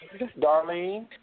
Darlene